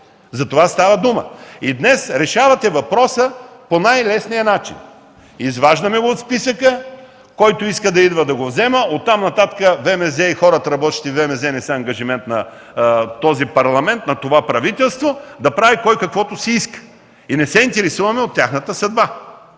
За това става дума. И днес решавате въпроса по най-лесния начин – изваждаме го от списъка. Който иска, да идва да го взема. Оттам-нататък ВМЗ и хората, работещи във ВМЗ, не са ангажимент на този парламент, на това правителство, да прави кой каквото си иска, и не се интересуваме от тяхната съдба.